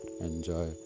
Enjoy